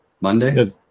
Monday